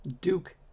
Duke